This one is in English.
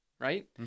right